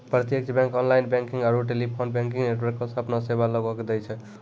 प्रत्यक्ष bank online banking आरू telephone banking नेटवर्को से अपनो सेबा लोगो के दै छै